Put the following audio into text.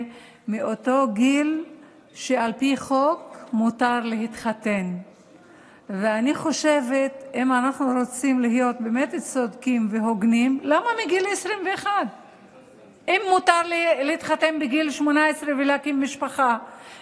לא עד גיל 12 אלא עד גיל 18. בסוף הממשלה הביאה את זה,